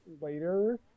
later